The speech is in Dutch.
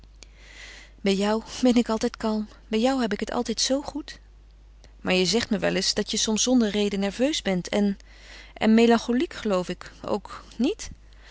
bij jou ben ik altijd kalm bij jou heb ik het altijd zoo goed maar je zegt me wel eens dat je soms zonder reden nerveus bent en en melancholiek geloof ik ook niet